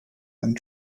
and